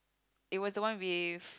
it was the one with